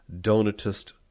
Donatist